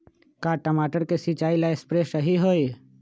का टमाटर के सिचाई ला सप्रे सही होई?